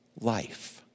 life